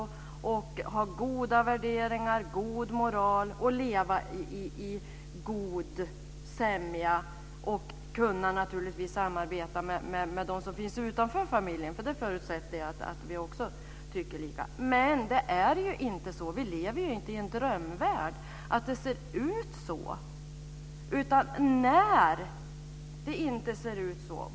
Den ska också ha goda värderingar och god moral och leva i god sämja. Den ska också naturligtvis kunna samarbeta med dem som finns utanför familjen. Jag förutsätter att vi tycker likadant också om det. Men det är ju inte så. Vi lever ju inte i en drömvärld där det ser ut så.